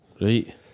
Right